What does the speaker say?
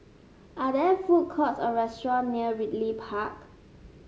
are there food courts or restaurants near Ridley Park